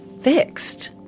fixed